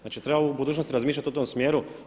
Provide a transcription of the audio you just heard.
Znači, treba u budućnosti razmišljati u tom smjeru.